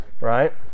right